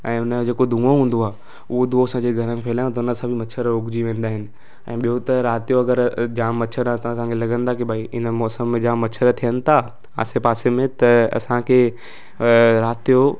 ऐं उन जो जेको धुओ हूंदो आहे उहो धुओ सॼे घर में फैलायूं त उन सां बि मछर उगजी वेंदा आहिनि ऐं ॿियो त राति जो अगरि जाम मछर असांखे लॻंदा की भई इन मौसम में जाम मछर थियनि था आसे पासे में त असांखे राति जो